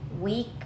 week